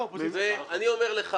ואני אומר לך